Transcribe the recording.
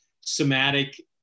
somatic